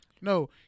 No